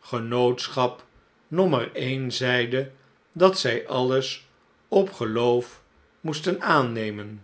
genootschap nommer een zeide dat zij alles op geloof moesten aannemen